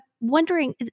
wondering